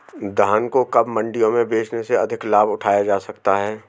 धान को कब मंडियों में बेचने से अधिक लाभ उठाया जा सकता है?